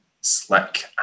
slick